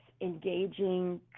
engaging